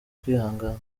kwihangana